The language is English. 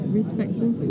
respectful